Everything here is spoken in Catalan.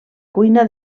cuina